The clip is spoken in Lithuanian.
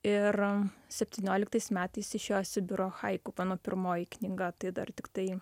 ir septynioliktais metais išėjo sibiro haiku mano pirmoji knyga tai dar tiktai